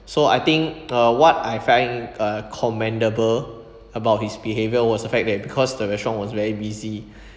so I think uh what I find uh commendable about his behaviour was the fact that because the restaurant was very busy